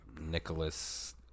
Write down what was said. Nicholas